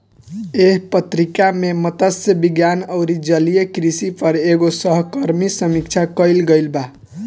एह पत्रिका में मतस्य विज्ञान अउरी जलीय कृषि पर एगो सहकर्मी समीक्षा कईल गईल बा